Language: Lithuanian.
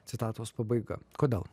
citatos pabaiga kodėl